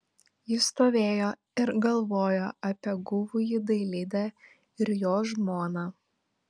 ji stovėjo ir galvojo apie guvųjį dailidę ir jo žmoną